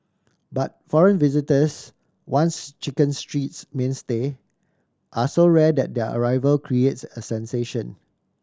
but foreign visitors once Chicken Street's mainstay are so rare that their arrival creates a sensation